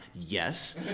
yes